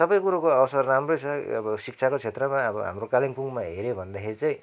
सबैकुराको अवसर राम्रै छ अब शिक्षाको क्षेत्रमा अब हाम्रो कालिम्पोङमा हेऱ्यो भनेदेखि चाहिँ